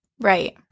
right